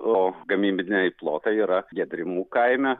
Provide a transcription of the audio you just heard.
o gamybiniai plotai yra giedrimų kaime